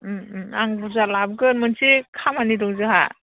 आं बुरजा लाबोगोन मोनसे खामानि दं जोंहा